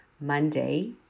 Monday